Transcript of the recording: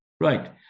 Right